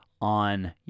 on